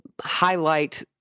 highlight